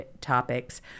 topics